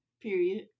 Period